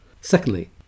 Secondly